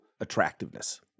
attractiveness